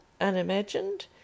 unimagined